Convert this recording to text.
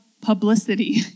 publicity